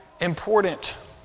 important